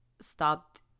stopped